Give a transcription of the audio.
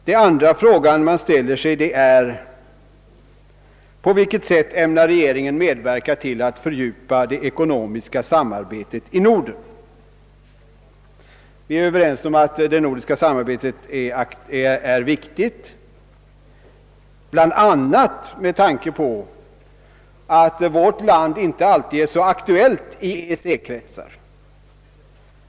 Den andra frågan man ställer sig är: På vilket sätt ämnar regeringen medverka till att fördjupa det ekonomiska samarbetet i Norden? Vi är överens om att det nordiska samarbetet är viktigt bl.a. med tanke på att vårt land inte alltid är så aktuellt i EEC-kretsar.